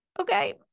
okay